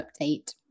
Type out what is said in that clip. update